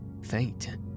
Fate